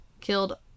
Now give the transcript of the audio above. killed